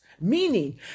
meaning